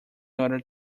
order